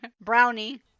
Brownie